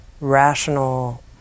rational